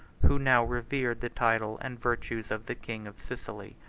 who now revered the title and virtues of the king of sicily.